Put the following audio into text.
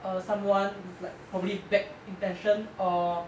err someone like probably with bad intention or